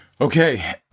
Okay